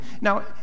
Now